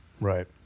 Right